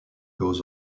goes